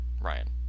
Ryan